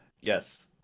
yes